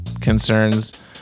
concerns